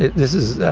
this is,